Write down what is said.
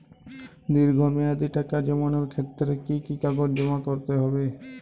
দীর্ঘ মেয়াদি টাকা জমানোর ক্ষেত্রে কি কি কাগজ জমা করতে হবে?